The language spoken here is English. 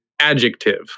adjective